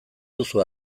duzu